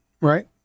right